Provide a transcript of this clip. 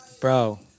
Bro